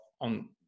on